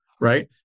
right